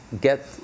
get